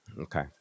Okay